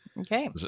Okay